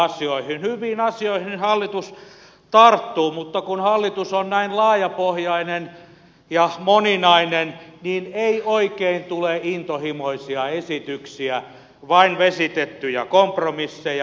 hyviin asioihin hallitus tarttuu mutta kun hallitus on näin laajapohjainen ja moninainen niin ei oikein tule intohimoisia esityksiä vain vesitettyjä kompromisseja